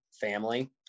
family